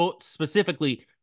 specifically